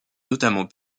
notamment